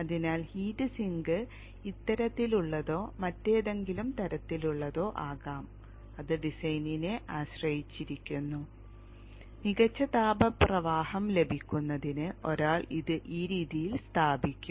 അതിനാൽ heat sink ഇത്തരത്തിലുള്ളതോ മറ്റേതെങ്കിലും തരത്തിലുള്ളതോ ആകാം അത് ഡിസൈനിനെ ആശ്രയിച്ചിരിക്കുന്നു മികച്ച താപ പ്രവാഹം ലഭിക്കുന്നതിന് ഒരാൾ അത് ഈ രീതിയിൽ സ്ഥാപിക്കും